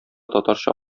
татарча